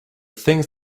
things